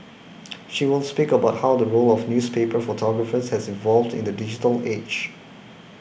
she will speak about how the role of newspaper photographers has evolved in the digital age